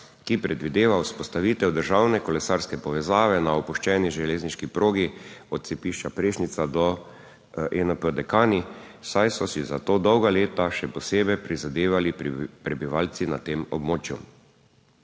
ki predvideva vzpostavitev državne kolesarske povezave na opuščeni železniški progi od cepišča Prešnica do ENP Dekani, saj so si za to dolga leta še posebej prizadevali prebivalci na tem območju.